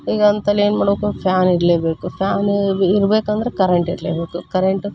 ಈಗ ಅಂತಲೇ ಏನು ಮಾಡಬೇಕು ಫ್ಯಾನ್ ಇರಲೇಬೇಕು ಫ್ಯಾನ್ ಇರ್ ಇರ್ಬೇಕಂದ್ರ ಕರೆಂಟ್ ಇರಲೇಬೇಕು ಕರೆಂಟು